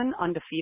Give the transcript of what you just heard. undefeated